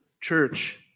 church